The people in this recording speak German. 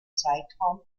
zeitraum